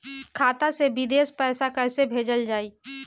खाता से विदेश पैसा कैसे भेजल जाई?